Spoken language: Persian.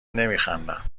نمیخندم